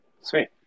sweet